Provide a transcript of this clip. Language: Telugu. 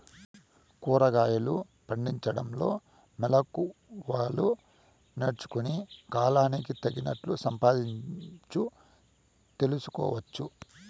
కూరగాయలు పండించడంలో మెళకువలు నేర్చుకుని, కాలానికి తగినట్లు సంపాదించు తెలుసుకోవచ్చు